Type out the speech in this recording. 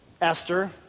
Esther